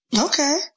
Okay